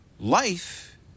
Life